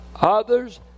others